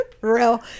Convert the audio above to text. Real